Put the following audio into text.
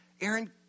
Aaron